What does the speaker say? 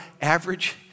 average